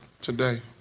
today